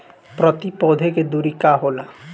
प्रति पौधे के दूरी का होला?